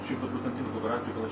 šitą sutartį su garantija kad aš